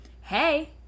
hey